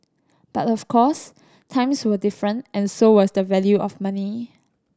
but of course times were different and so was the value of money